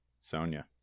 Sonia